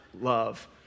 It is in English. love